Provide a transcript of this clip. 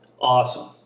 awesome